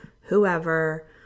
whoever